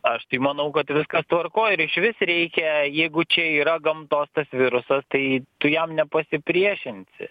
aš tai manau kad viskas tvarkoj ir išvis reikia jeigu čia yra gamtos tas virusas tai tu jam nepasipriešinsi